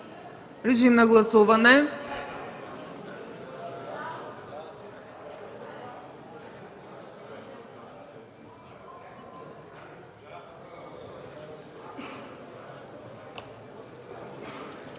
Режим на гласуване.